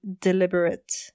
deliberate